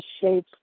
shape